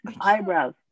eyebrows